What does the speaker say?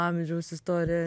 amžiaus istoriją